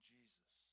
Jesus